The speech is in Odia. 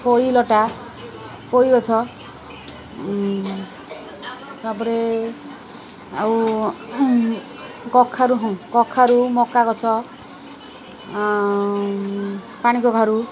ପୋଇ ଲଟା ପୋଇ ଗଛ ତାପରେ ଆଉ କଖାରୁ ହଁ କଖାରୁ ମକା ଗଛ ପାଣିକଖାରୁ